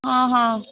हा हा